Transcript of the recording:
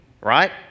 Right